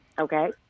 Okay